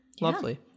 Lovely